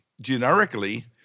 generically